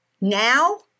Now